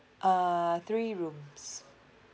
uh three rooms